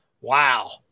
Wow